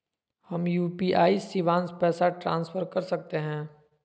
हम यू.पी.आई शिवांश पैसा ट्रांसफर कर सकते हैं?